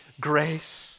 grace